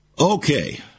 Okay